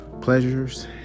pleasures